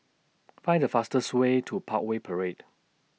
Find The fastest Way to Parkway Parade